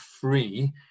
free